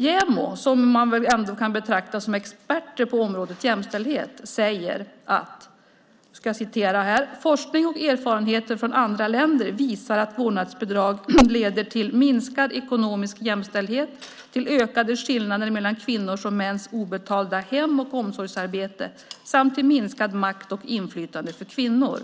JämO, som man väl ändå kan betrakta som expert på området jämställdhet, säger att forskning och erfarenheter från andra länder visar att vårdnadsbidrag leder till minskad ekonomisk jämställdhet, till ökade skillnader mellan kvinnors och mäns obetalda hem och omsorgsarbete samt till minskad makt och minskat inflytande för kvinnor.